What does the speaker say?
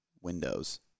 windows